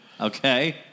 Okay